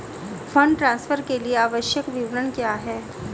Fund transfer के लिए आवश्यक विवरण क्या हैं?